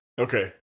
Okay